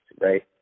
right